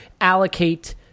allocate